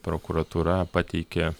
prokuratūra pateikė